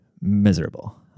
miserable